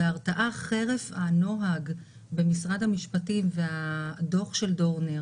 ההרתעה חרף הנוהג במשרד המשפטים והדוח של דורנר